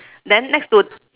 then next to